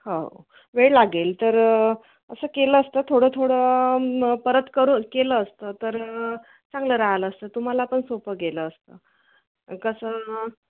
हो वेळ लागेल तर असं केलं असतं थोडं थोडं परत करू केलं असतं तर चांगलं राहिलं असतं तुम्हाला पण सोपं गेलं असतं कसं